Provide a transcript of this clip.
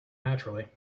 naturally